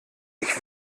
ich